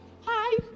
hi